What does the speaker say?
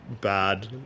bad